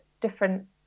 different